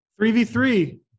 3v3